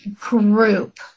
group